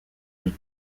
plus